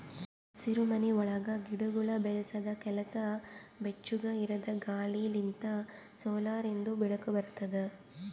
ಹಸಿರುಮನಿ ಒಳಗ್ ಗಿಡಗೊಳ್ ಬೆಳಸದ್ ಕೆಲಸ ಬೆಚ್ಚುಗ್ ಇರದ್ ಗಾಳಿ ಲಿಂತ್ ಸೋಲಾರಿಂದು ಬೆಳಕ ಬರ್ತುದ